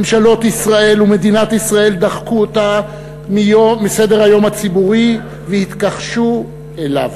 ממשלות ישראל ומדינת ישראל דחקו אותו מסדר-היום הציבורי והתכחשו אליו.